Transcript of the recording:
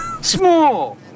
Small